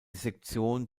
sektion